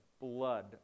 blood